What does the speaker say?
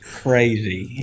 crazy